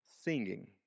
Singing